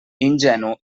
ingenu